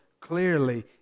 clearly